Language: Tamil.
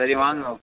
சரி வாங்க